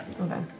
Okay